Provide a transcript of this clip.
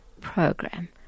program